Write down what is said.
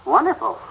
Wonderful